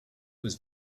was